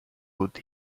would